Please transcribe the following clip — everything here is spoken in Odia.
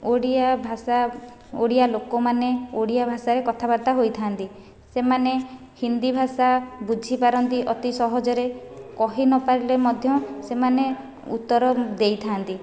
ଓଡ଼ିଆ ଭାଷା ଓଡ଼ିଆ ଲୋକମାନେ ଓଡ଼ିଆ ଭାଷାରେ କଥାବାର୍ତ୍ତା ହୋଇଥାନ୍ତି ସେମାନେ ହିନ୍ଦୀ ଭାଷା ବୁଝିପାରନ୍ତି ଅତି ସହଜରେ କହି ନ ପାରିଲେ ମଧ୍ୟ ସେମାନେ ଉତ୍ତର ଦେଇଥାନ୍ତି